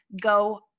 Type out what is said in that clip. go